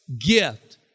gift